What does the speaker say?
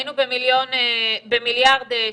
היינו ב-1.3 מיליארד,